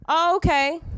Okay